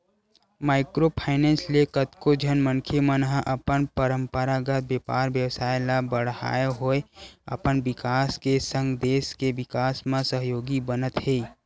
micro finance ले कतको झन मनखे मन ह अपन पंरपरागत बेपार बेवसाय ल बड़हात होय अपन बिकास के संग देस के बिकास म सहयोगी बनत हे